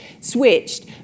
switched